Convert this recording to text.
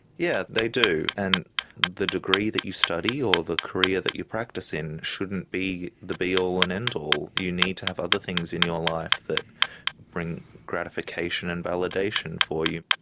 yeah they do, and the degree that you study or the career that you practice in shouldn't be the be all and end all. you need to have other things in your life that bring gratification and validation for you.